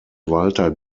walter